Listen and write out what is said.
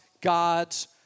God's